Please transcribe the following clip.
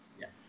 Yes